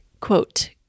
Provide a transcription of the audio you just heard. Quote